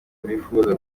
bifuza